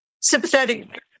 sympathetic